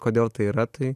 kodėl tai yra tai